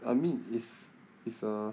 I mean it's it's a